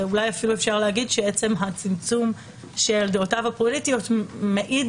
ואולי אפילו אפשר להגיד שעצם הצמצום של דעותיו הפוליטיות מעיד